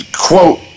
quote